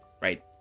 Right